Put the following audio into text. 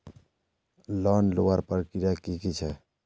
Loan लुबार प्रक्रिया की की छे?